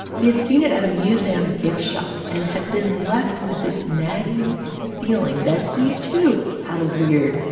he had seen it at a museum gift shop and had been left with this nagging feeling that he too had a weird,